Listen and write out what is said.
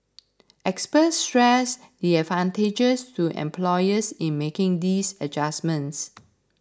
experts stressed the advantages to employers in making these adjustments